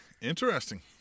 Interesting